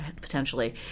potentially